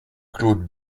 claude